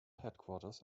headquarters